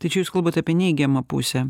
tai čia jūs kalbat apie neigiamą pusę